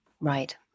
Right